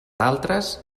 d’altres